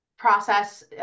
process